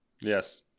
Yes